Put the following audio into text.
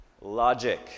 Logic